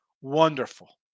Wonderful